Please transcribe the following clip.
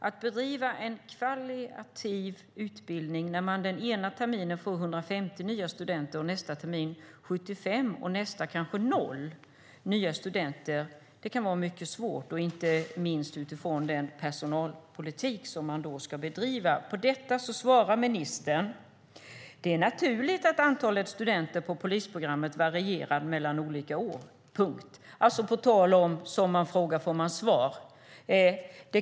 Att bedriva en kvalitativ utbildning där man den ena terminen får 150 nya studenter, nästa termin 75 och nästa kanske noll nya studenter kan vara mycket svårt, inte minst utifrån den personalpolitik som man då ska bedriva. På detta svarar ministern: Det är naturligt att antalet studenter på polisprogrammet varierar mellan olika år. Detta på tal om "som man frågar får man svar".